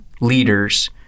leaders